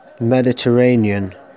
Mediterranean